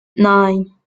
nine